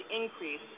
increase